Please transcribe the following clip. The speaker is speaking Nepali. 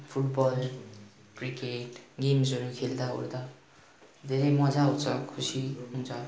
फुटबल क्रिकेट गेमस्हरू खेल्दा ओर्दा धेरै मज्जा आउँछ खुसी हुन्छ